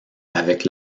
avec